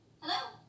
Hello